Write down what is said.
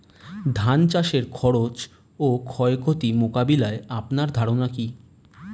ধান চাষের খরচ ও ক্ষয়ক্ষতি মোকাবিলায় আপনার ধারণা কী?